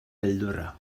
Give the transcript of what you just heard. beldurra